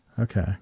Okay